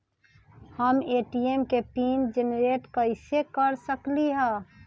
हम ए.टी.एम के PIN generate कईसे कर सकली ह?